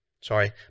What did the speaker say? Sorry